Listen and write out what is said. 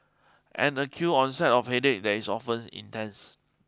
an acute onset of headache that is often intense